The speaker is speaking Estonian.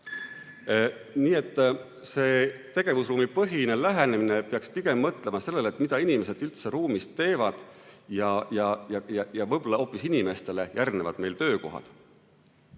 Nii et see tegevusruumipõhine lähenemine peaks pigem mõtlema sellele, mida inimesed üldse ruumis teevad, ja võib-olla hoopis inimestele järgnevad meil töökohad.